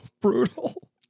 brutal